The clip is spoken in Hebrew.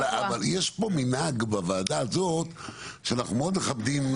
אבל יש פה מנהג בוועדה הזאת שאנחנו מאוד מכבדים,